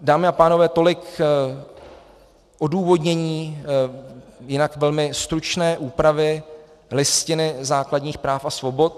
Dámy a pánové, tolik k odůvodnění jinak velmi stručné úpravy Listiny základních práv a svobod.